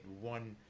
one